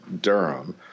Durham